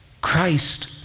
Christ